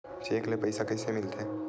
Cheque ले पईसा कइसे मिलथे?